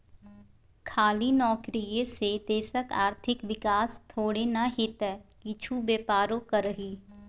खाली नौकरीये से देशक आर्थिक विकास थोड़े न हेतै किछु बेपारो करही